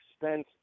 expense